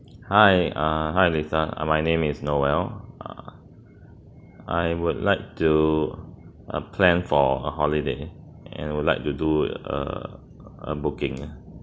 hi err hi lisa uh my name is noel err I would like to uh plan for a holiday and would like to do err a booking ah